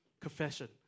confession